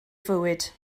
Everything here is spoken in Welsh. fywyd